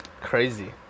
Crazy